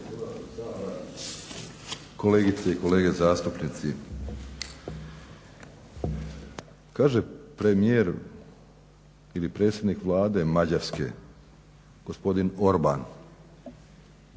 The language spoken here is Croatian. kolegice i kolege zastupnici. Kaže premijer ili predsjednik Vlade Mađarske gospodin Orban